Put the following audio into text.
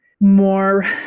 more